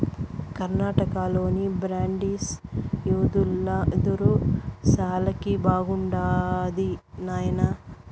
కర్ణాటకలోని బ్రాండిసి యెదురు శాలకి బాగుండాది నాయనా